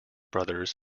brothers